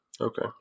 Okay